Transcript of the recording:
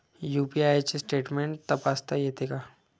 UPI चे statement तपासता येते का?